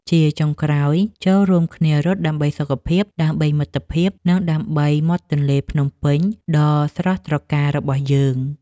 ជាចុងក្រោយ ចូររួមគ្នារត់ដើម្បីសុខភាព ដើម្បីមិត្តភាព និងដើម្បីមាត់ទន្លេភ្នំពេញដ៏ស្រស់ត្រកាលរបស់យើង។